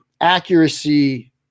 accuracy